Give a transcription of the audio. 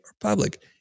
public